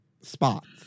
spots